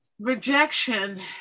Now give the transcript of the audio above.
rejection